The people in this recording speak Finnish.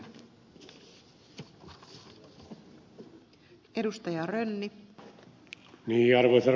arvoisa rouva puhemies